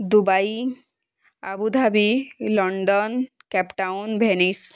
Dubai Abu Dhabi London Cape Town Venice